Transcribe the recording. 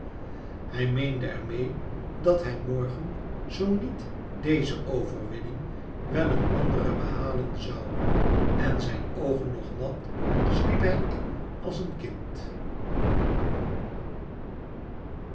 hij meende er meê dat hij morgen zoo niet dèze overwinning wel een andere behalen zoû en zijn oogen nog nat sliep hij in als een kind